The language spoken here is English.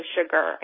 sugar